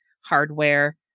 hardware